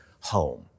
home